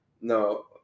No